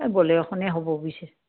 এই ব'লেৰু এখনে হ'ব বুজিছে